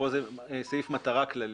כאן זה סעיף מטרה כללי.